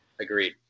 Agreed